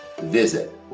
visit